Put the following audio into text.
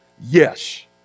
yes